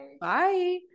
Bye